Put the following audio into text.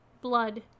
blood